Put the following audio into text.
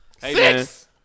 Six